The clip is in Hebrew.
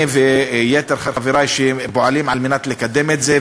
אני ויתר חברי שפועלים על מנת לקדם את זה,